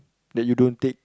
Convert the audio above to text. that you don't take